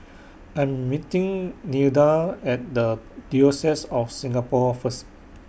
I Am meeting Nilda At The Diocese of Singapore First